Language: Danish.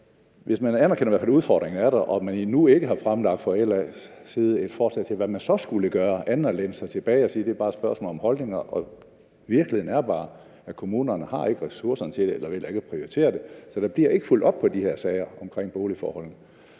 og man har fra LA's side endnu ikke fremlagt et forslag til, hvad man så skulle gøre, andet end at læne sig tilbage og sige, at det bare er et spørgsmål om holdninger. Virkeligheden er bare, at kommunerne ikke har ressourcerne til det eller vælger ikke at prioritere det, så der bliver ikke fulgt op på de her sager om boligforholdene.